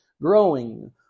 growing